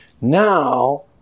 Now